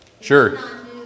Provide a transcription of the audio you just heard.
Sure